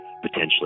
potentially